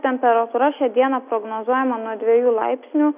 temperatūra šią dieną prognozuojama nuo dviejų laipsnių